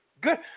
good